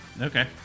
Okay